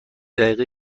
دقیقه